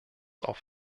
auf